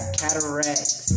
cataracts